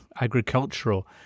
agricultural